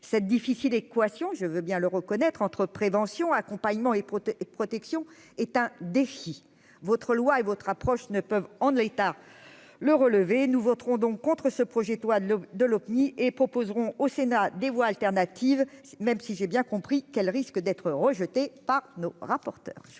cette difficile équation je veux bien le reconnaître, entre prévention, accompagnement et protection est un défi, votre loi et votre approche ne peuvent en l'état le relevé, nous voterons donc contre ce projet de loi de de l'eau qui et proposeront au Sénat des voies alternatives, même si j'ai bien compris qu'elle risque d'être rejeté par nos rapporteurs